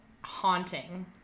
haunting